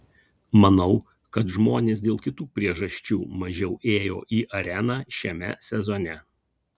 manau kad žmonės dėl kitų priežasčių mažiau ėjo į areną šiame sezone